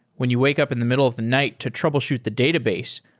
when you wake up in the middle of the night to troubleshoot the database,